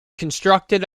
constructed